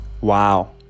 Wow